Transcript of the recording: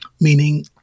meaning